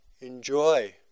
enjoy